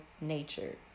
nature